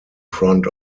front